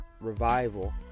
revival